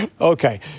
Okay